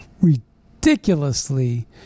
ridiculously